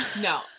No